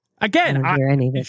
Again